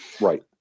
Right